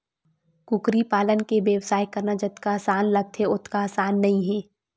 कुकरी पालन के बेवसाय करना जतका असान लागथे ओतका असान नइ हे